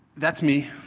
that's me